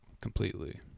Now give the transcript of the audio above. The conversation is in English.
completely